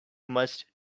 must